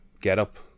get-up